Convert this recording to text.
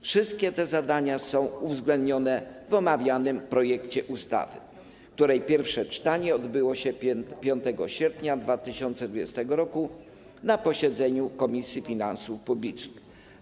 Wszystkie te zadania są uwzględnione w omawianym projekcie ustawy, którego pierwsze czytanie odbyło się 5 sierpnia 2020 r. na posiedzeniu Komisji Finansów Publicznych.